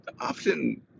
often